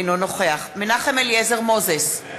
אינו נוכח מנחם אליעזר מוזס,